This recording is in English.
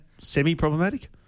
Semi-problematic